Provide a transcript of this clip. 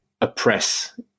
oppress